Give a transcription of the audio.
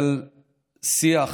של שיח